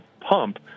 pump